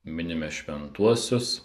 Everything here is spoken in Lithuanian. minime šventuosius